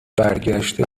برگشته